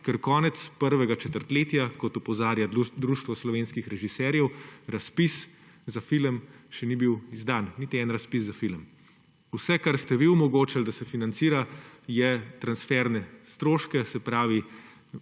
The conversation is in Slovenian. Ker konec prvega četrtletja, kot opozarja Društvo slovenskih režiserjev, razpis za film še ni bil izdan, niti en razpis za film. Vse, kar ste vi omogočili, da se financira, so transferni stroški, se pravi